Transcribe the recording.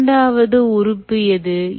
இரண்டாவது உறுப்பு எது